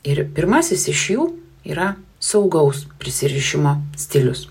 ir pirmasis iš jų yra saugaus prisirišimo stilius